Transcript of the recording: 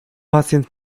pacjent